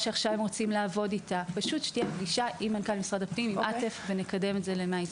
והמטרה היא שבאמת נעבוד ביחד כדי שזה יקרה.